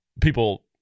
people